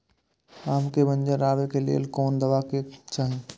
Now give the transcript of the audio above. आम के मंजर आबे के लेल कोन दवा दे के चाही?